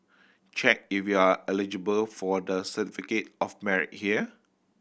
check if you are eligible for the Certificate of Merit here